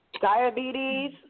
Diabetes